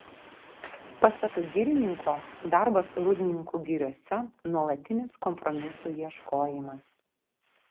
pasak girininko darbas rūdninkų giriose nuolatinis kompromisų ieškojimas